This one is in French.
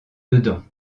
dedans